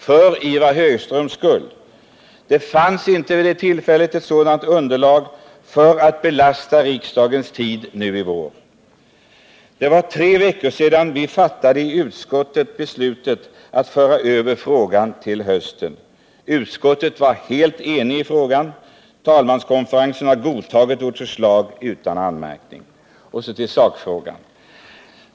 Det visade sig att det inte fanns någon möjlighet att belasta riksdagens tid i vår. Det är tre veckor sedan vi i utskottet fattade beslutet att skjuta upp behandlingen av frågan till hösten. Utskottet var helt enigt, talmanskonferensen har godtagit vårt förslag utan anmärkning. Och så till sakfrågan.